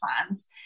plans